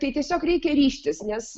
tai tiesiog reikia ryžtis nes